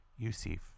Yusif